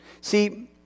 See